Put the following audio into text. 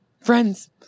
Friends